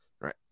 Right